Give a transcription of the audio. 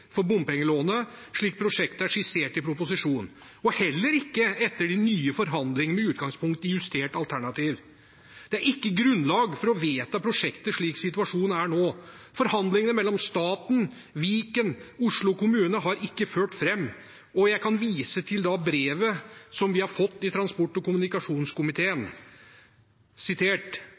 for bompengelånet slik prosjektet er skissert i proposisjonen, heller ikke etter de nye forhandlingene med utgangspunkt i justert alternativ. Det er ikke grunnlag for å vedta prosjektet slik situasjonen er nå. Forhandlingene mellom staten, Viken og Oslo kommune har ikke ført fram, og jeg kan vise til brevet som vi har fått i transport- og kommunikasjonskomiteen: